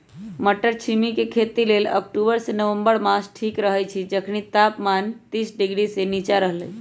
मट्टरछिमि के खेती लेल अक्टूबर से नवंबर मास ठीक रहैछइ जखनी तापमान तीस डिग्री से नीचा रहलइ